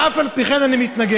אף על פי כן אני מתנגד.